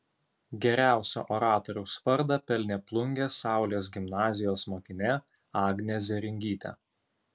geriausio oratoriaus vardą pelnė plungės saulės gimnazijos mokinė agnė zėringytė